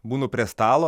būnu prie stalo